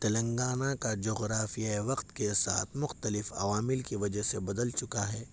تلنگانہ کا جغرافیہ وقت کے ساتھ مختلف عوامل کی وجہ سے بدل چکا ہے